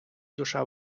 душа